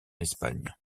espagne